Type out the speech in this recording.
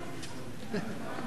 יהיה לכם משהו מעניין.